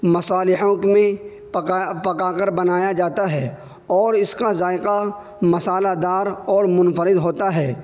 مصالحوں میں پکا پکا کر بنایا جاتا ہے اور اس کا ذائقہ مسالہ دار اور منفرد ہوتا ہے